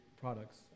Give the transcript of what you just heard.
products